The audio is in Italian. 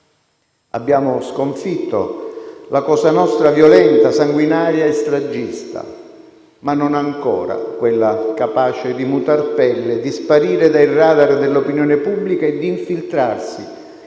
Abbiamo sconfitto la Cosa nostra violenta, sanguinaria e stragista, ma non ancora quella capace di mutare pelle, di sparire dai radar dell'opinione pubblica e di infiltrarsi